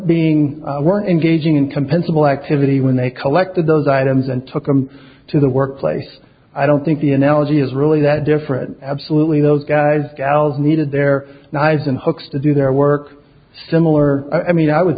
being were engaging in compensable activity when they collected those items and took them to the workplace i don't think the analogy is really that different absolutely those guys gals needed their knives and hooks to do their work similar i mean i would